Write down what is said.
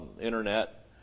internet